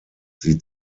sie